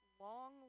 long